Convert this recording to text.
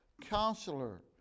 counselor